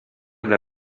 del